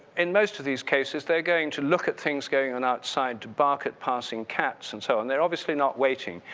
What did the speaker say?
in most of these cases, they're going to look at things going outside to bark at passing cats and so on, they're obviously not waiting,